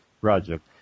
project